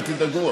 אל תדאגו,